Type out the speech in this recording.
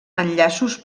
enllaços